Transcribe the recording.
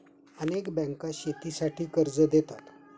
अनेक बँका शेतीसाठी कर्ज देतात